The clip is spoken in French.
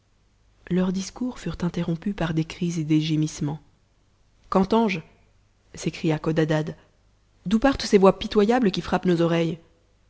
leurs discours furent interrompus par des cris et des gémissements qu'entends-je s'écria codadad d'où partent ces voix pitoyables qm irappent nos oreilles